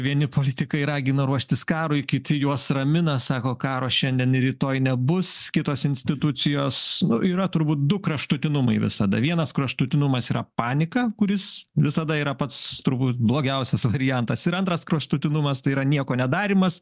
vieni politikai ragina ruoštis karui kiti juos ramina sako karo šiandien ir rytoj nebus kitos institucijos yra turbūt du kraštutinumai visada vienas kraštutinumas yra panika kuris visada yra pats turbūt blogiausias variantas ir antras kraštutinumas tai yra nieko nedarymas